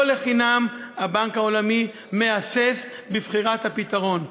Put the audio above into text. לא לחינם הבנק העולמי מהסס בבחירת הפתרון,